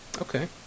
Okay